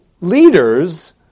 leaders